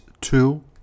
two